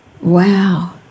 Wow